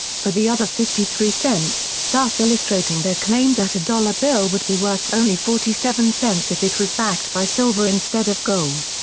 for the other fifty three cents, thus illustrating their claim that a dollar bill would be worth only forty seven cents if it was backed by silver instead of gold.